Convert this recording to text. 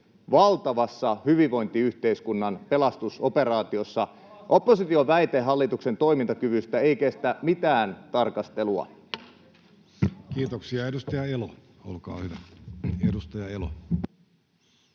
valtavassa hyvinvointiyhteiskunnan pelastusoperaatiossa. Opposition väite hallituksen toimintakyvystä ei kestä mitään tarkastelua. Kiitoksia. — Edustaja Elo, olkaa hyvä.